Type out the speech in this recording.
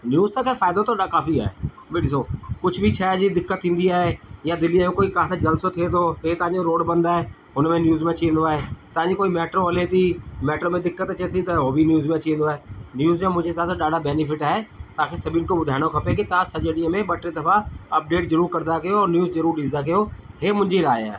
news सां त फ़ाइदो त काफ़ी आहे भई ॾिसो कुझु बि शय जी दिक़त थींदी आहे या दिल्लीअ जो कोई काथे जलसो थिए थो इहे तव्हां जो रोड बंदु आहे हुन में न्यूज़ में अची वेंदो आहे तव्हांजी कोई मेट्रो हले थी मेट्रो में दिक़त अचे थी त उहो बि न्यूज़ में अची वेंदो आहे न्यूज़ जो मुंहिंजे हिसाब सां ॾाढा बेनिफिट आहे तव्हांखे सभिनी खां ॿुधाइणो खपे कि तव्हां सॼे ॾींहं में ॿ टे दफ़ा अपडेट ज़रूरु कंदा कयो न्यूज़ ज़रूरु ॾिसंदा कयो इहा मुंहिंजी राय आहे